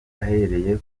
ahereye